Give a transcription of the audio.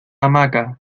hamaca